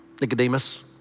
Nicodemus